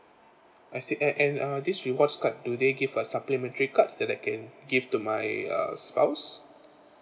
I see and and uh this rewards card do they give a supplementary card that I can give to my uh spouse